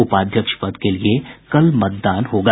उपाध्यक्ष पद के लिये कल मतदान होगा